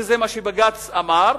וזה מה שבג"ץ אמר,